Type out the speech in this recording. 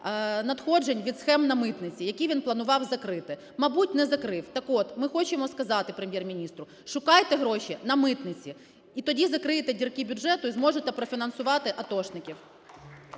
надходжень від схем на митниці, які він планував закрити. Мабуть, не закрив. Так от, ми хочемо сказати Прем'єр-міністру: шукайте гроші на митниці і тоді закриєте дірки бюджету і зможете профінансуватиатошників.